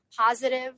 positive